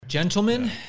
Gentlemen